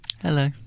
Hello